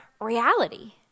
reality